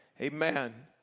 Amen